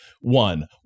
One